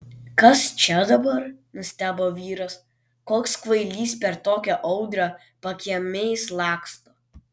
kas čia dabar nustebo vyras koks kvailys per tokią audrą pakiemiais laksto